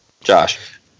Josh